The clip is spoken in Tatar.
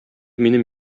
минем